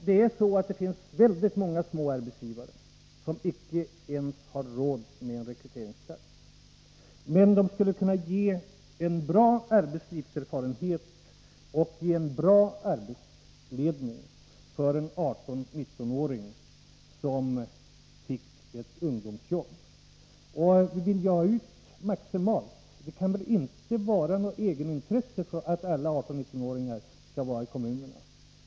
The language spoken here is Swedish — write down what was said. Det är så att det finns väldigt många små arbetsgivare som icke ens har råd med en rekryteringsplats. Men de skulle kunna ge en bra arbetslivserfarenhet och en bra arbetshandledning för en 18-19-åring som fick ett ungdomsjobb. Vill vi få ut maximal effekt, kan det väl inte vara något egenintresse att alla 18-19-åringar skall arbeta just i kommunerna?